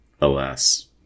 alas